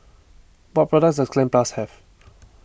what products does Cleanz Plus have